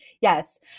yes